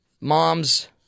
moms